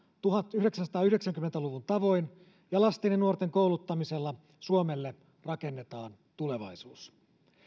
tuhatyhdeksänsataayhdeksänkymmentä luvun tavoin ja lasten ja nuorten kouluttamisella suomelle rakennetaan tulevaisuus